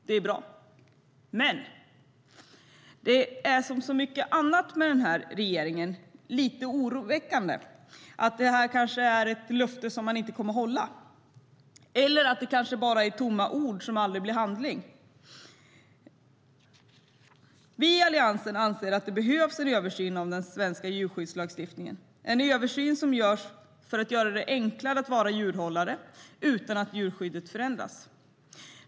Det är bra. Vi i Alliansen anser att det behövs en översyn av den svenska djurskyddslagstiftningen, en översyn som gör det enklare att vara djurhållare utan att djurskyddet försämras.